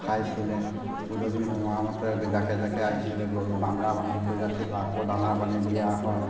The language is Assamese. খাইছিলে গধূলি সময়মতে জাকে জাকে আহিছিলে গৰু বান্ধা বান্ধি কৰি ৰাতিপুৱা আকৌ দানা পানী দিয়া হয়